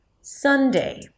Sunday